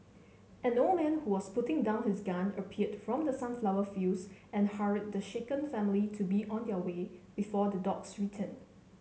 an old man who was putting down his gun appeared from the sunflower fields and hurried the shaken family to be on their way before the dogs return